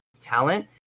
talent